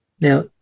Now